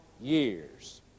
years